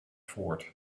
voort